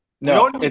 No